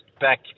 back